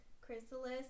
Chrysalis